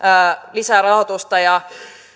lisää rahoitusta ja